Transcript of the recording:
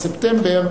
בחשוון תשע"ב,